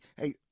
hey